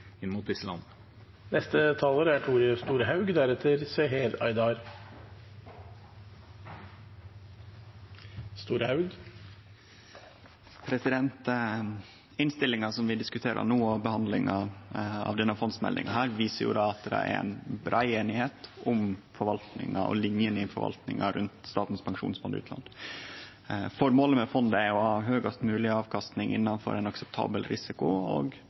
Innstillinga som vi diskuterer no, og behandlinga av denne fondsmeldinga viser at det er ei brei einigheit om forvaltninga av og linjene i forvaltninga rundt Statens pensjonsfond utland. Formålet med fondet er å ha høgast mogleg avkasting innanfor ein akseptabel risiko og